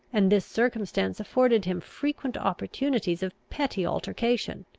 and this circumstance afforded him frequent opportunities of petty altercation.